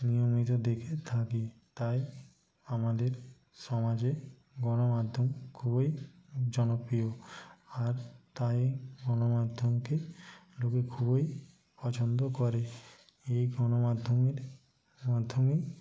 নিয়মিত দেখে থাকে তাই আমাদের সমাজে গণমাধ্যম খুবই জনপ্রিয় আর তাই গণমাধ্যমকে লোকে খুবই পছন্দ করে এই গণমাধ্যমের মাধ্যমেই